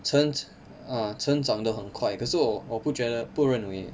成长 (uh huh) 成长得很快可是我我不觉得不认为 eh